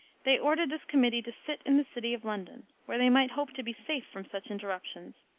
they ordered this committee to sit in the city of london, where they might hope to be safe from such interruptions,